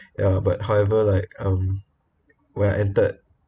ya but however like um when I entered